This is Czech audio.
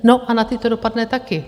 No a na ty to dopadne taky.